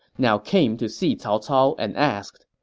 now came to see cao cao and asked,